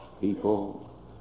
people